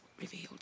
revealed